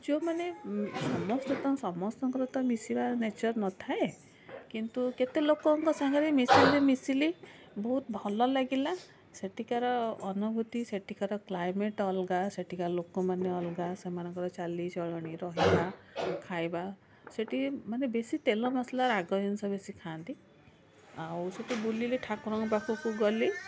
ଯେଉଁମାନେ ସମସ୍ତେ ତ ସମସ୍ତଙ୍କର ତ ମିଶିବା ନେଚର ନଥାଏ କିନ୍ତୁ କେତେ ଲୋକଙ୍କ ସାଙ୍ଗରେ ମିଶିଲି ମିଶିଲି ବହୁତ ଭଲ ଲାଗିଲା ସେଠିକାର ଅନୁଭୂତି ସେଠିକାର କ୍ଲାଇମେଟ୍ ଅଲଗା ସେଠିକା ଲୋକମାନେ ଅଲଗା ସେମାନଙ୍କର ଚାଲିଚଳଣି ରହିବା ଖାଇବା ସେଇଠି ମାନେ ବେଶୀ ତେଲ ମସଲା ରାଗ ଜିନିଷ ବେଶୀ ଖାଆନ୍ତି ଆଉ ସେଇଠି ବୁଲିକି ଠାକୁରଙ୍କ ପାଖକୁ ଗଲି